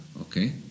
okay